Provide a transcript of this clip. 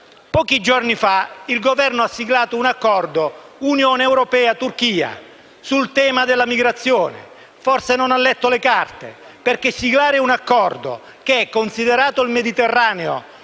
Pochi giorni fa il Governo ha siglato un accordo tra l'Unione europea e la Turchia sul tema della migrazione. Forse non ha letto le carte, perché siglare un accordo in cui il Mediterraneo